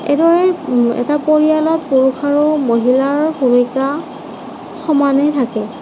এবাৰ এটা পৰিয়ালত পুৰুষ আৰু মহিলাৰ সমানেই থাকে